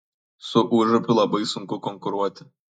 su užupiu labai sunku konkuruoti